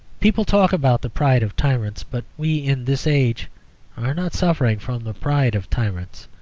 people talk about the pride of tyrants but we in this age are not suffering from the pride of tyrants.